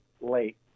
late